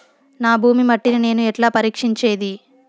నా భూమి మట్టిని నేను ఎట్లా పరీక్షించేది?